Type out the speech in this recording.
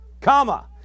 comma